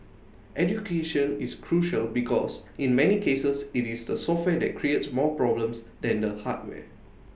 education is crucial because in many cases IT is the software that create more problems than the hardware